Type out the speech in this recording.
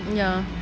ya